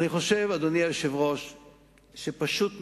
אני חושב שפשוט מאוד,